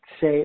say